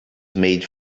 made